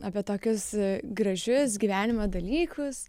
apie tokius gražius gyvenime dalykus